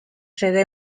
sede